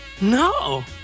No